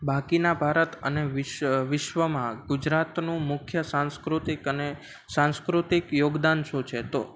બાકીના ભારત અને વિશ્વમાં ગુજરાતનું મુખ્ય સાંસ્કૃતિક અને સાંસ્કૃતિક યોગદાન શું છે તો